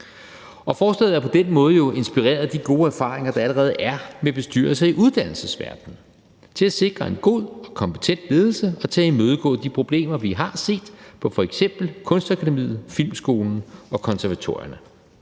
Forslaget er jo på den måde inspireret af de gode erfaringer, der allerede er med bestyrelser i uddannelsesverdenen, i forhold til at sikre en god og kompetent ledelse og til at imødegå de problemer, som vi har set på f.eks. Kunstakademiet, Filmskolen og på konservatorierne.